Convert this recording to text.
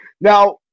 now